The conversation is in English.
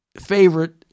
favorite